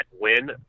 win